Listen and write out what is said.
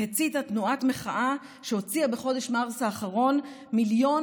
והציתה תנועת מחאה שהוציאה בחודש מרס האחרון מיליון